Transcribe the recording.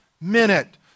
minute